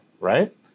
right